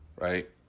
Right